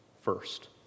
first